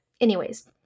anyways-